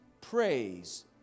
praise